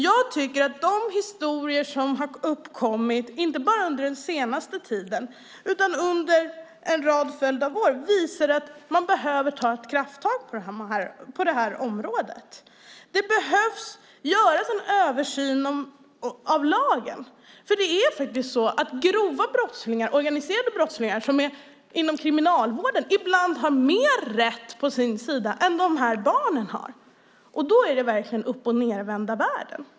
Jag tycker att de historier som har uppkommit inte bara under den senaste tiden utan under en rad år visar att man behöver ta krafttag på detta område. Det behöver göras en översyn av lagen. Grova brottslingar - organiserade brottslingar - inom kriminalvården har nämligen ibland mer rätten på sin sida än vad dessa barn har. Då är det verkligen uppochnedvända världen.